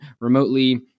remotely